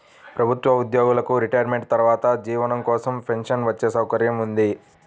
ప్రభుత్వ ఉద్యోగులకు రిటైర్మెంట్ తర్వాత జీవనం కోసం పెన్షన్ వచ్చే సౌకర్యం ఉంది